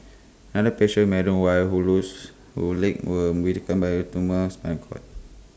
another patient Madam Y who loose who legs were weakened by A tumours and cord